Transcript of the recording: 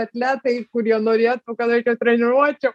atletai kurie norėtų kad aš juos treniruočiau